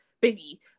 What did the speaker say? baby